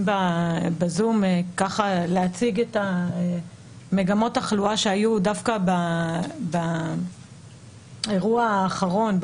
בזום להציג את מגמות התחלואה שהיו דווקא באירוע האחרון,